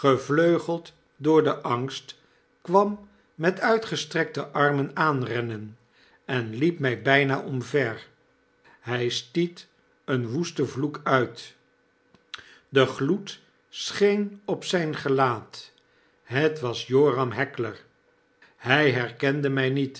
gevleugeld door den angst kwam met uitgestrekte armen aanrennen en iiep my bynaomver hy stiet een woesten vloek uit de gloed scheen op zyn gelaat-het was joram heckler hij herkende my niet